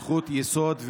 זכות יסוד,